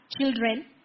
children